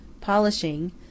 polishing